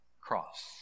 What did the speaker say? cross